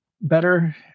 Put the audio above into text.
better